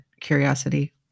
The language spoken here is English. curiosity